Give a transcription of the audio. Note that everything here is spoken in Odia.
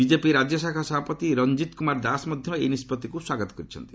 ବିଜେପି ରାଜ୍ୟଶାଖା ସଭାପତି ରଞ୍ଜିତ କୁମାର ଦାସ ମଧ୍ୟ ଏହି ନିଷ୍କଭିକୁ ସ୍ୱାଗତ କରିଛନ୍ତି